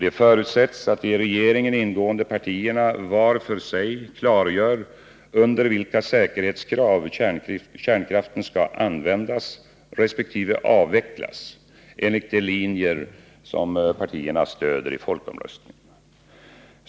Det förutsätts att de i regeringen ingående partierna var för sig klargör under vilka säkerhetskrav kärnkraften skall användas resp. avvecklas enligt de linjer som partierna stöder i folkomröstningen.